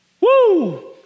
Woo